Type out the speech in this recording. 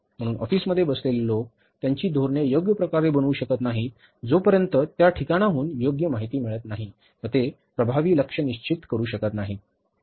म्हणून ऑफिसमध्ये बसलेले लोक त्यांची धोरणे योग्यप्रकारे बनवू शकत नाहीत जोपर्यंत त्या ठिकाणाहून योग्य माहिती मिळेल नाही व ते प्रभावी लक्ष्य निश्चित करू शकत नाहीत